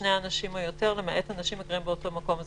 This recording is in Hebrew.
ובלבד שזה לא אנשים שגרים באותו מקום.